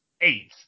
eight